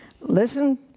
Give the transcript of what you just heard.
Listen